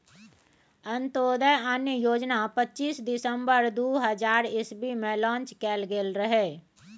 अंत्योदय अन्न योजना पच्चीस दिसम्बर दु हजार इस्बी मे लांच कएल गेल रहय